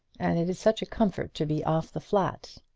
and it is such a comfort to be off the flat.